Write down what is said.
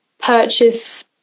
purchase